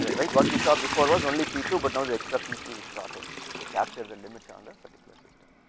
what we saw before was only p two, but not the extra p three is brought in to capture the limits on the particular system.